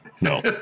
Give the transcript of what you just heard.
No